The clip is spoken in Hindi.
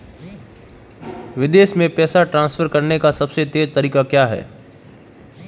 विदेश में पैसा ट्रांसफर करने का सबसे तेज़ तरीका क्या है?